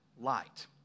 light